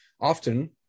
often